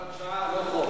הוראת שעה, לא חוק.